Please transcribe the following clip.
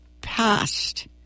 past